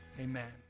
amen